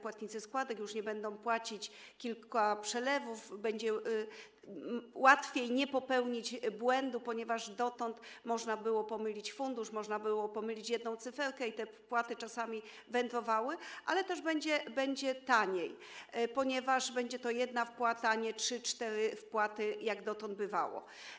Płatnicy składek już nie będą wykonywać kilku przelewów, będzie łatwiej nie popełnić błędu, ponieważ dotąd można było pomylić fundusz, można było pomylić jedną cyferkę i te wpłaty czasami wędrowały gdzieś indziej, ale też będzie taniej, ponieważ będzie to jedna wpłata, a nie trzy, cztery wpłaty, jak dotąd bywało.